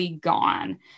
gone